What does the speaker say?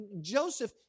Joseph